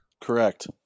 Correct